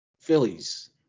Phillies